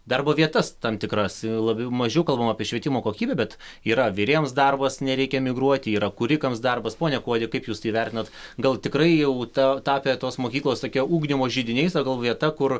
darbo vietas tam tikras labiau mažiau kalbama apie švietimo kokybę bet yra virėjams darbas nereikia emigruot yra kūrikams darbas pone kuodi kaip jūs tai vertinat gal tikrai jau ta tapę tos mokyklos tokie ugdymo židiniais o gal vieta kur